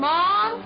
Mom